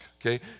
okay